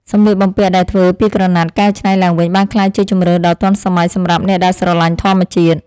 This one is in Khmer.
សម្លៀកបំពាក់ដែលធ្វើពីក្រណាត់កែច្នៃឡើងវិញបានក្លាយជាជម្រើសដ៏ទាន់សម័យសម្រាប់អ្នកដែលស្រឡាញ់ធម្មជាតិ។